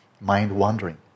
mind-wandering